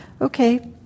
okay